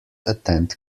attend